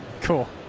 Cool